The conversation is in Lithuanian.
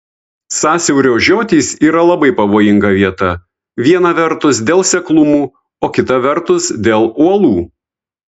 sąsiaurio žiotys yra labai pavojinga vieta viena vertus dėl seklumų o kita vertus dėl uolų